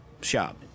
shop